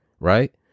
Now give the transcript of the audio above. Right